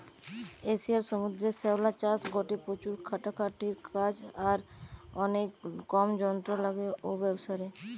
এশিয়ার সমুদ্রের শ্যাওলা চাষ গটে প্রচুর খাটাখাটনির কাজ আর অনেক কম যন্ত্র লাগে ঔ ব্যাবসারে